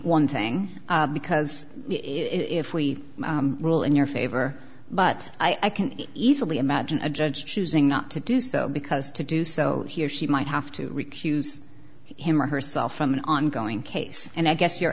one thing because if we rule in your favor but i can easily imagine a judge choosing not to do so because to do so he or she might have to recuse him or herself from an ongoing case and i guess your